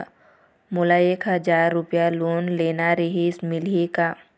मोला एक हजार रुपया लोन लेना रीहिस, मिलही का?